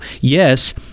yes